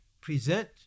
present